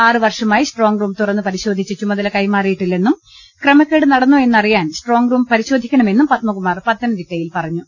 ആറ് വർഷമായി strong room തുറന്ന് പരിശോ ധിച്ച് ചുമതല കൈമാറിയിട്ടില്ലെന്നും ക്രമക്കേട് നടന്നോ എന്നറിയാൻ സ്ട്രോങ് റൂം പരിശോധിക്കണമെന്നും പത്മ കുമാർ പത്തനംതിട്ടയിൽ പറഞ്ഞു